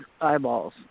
eyeballs